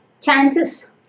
chances